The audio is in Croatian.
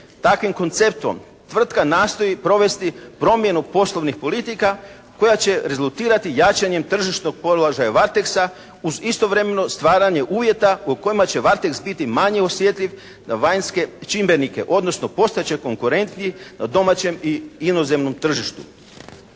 Takvim konceptom tvrtka nastoji provesti promjenu poslovnikh politika koja će rezultirati jačanju tržišnog položaja "Varteksa" uz istovremeno stvaranje uvjeta po kojima će "Varteks" biti manje osjetljiv na vanjske čimbenike, odnosno postat će konkurentniji na domaćem i inozemnom tržištu.